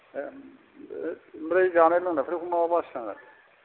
ओमफ्राय जानाय लोंनायखौ मा मा बासिनांगोन